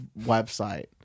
website